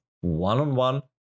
one-on-one